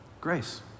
Grace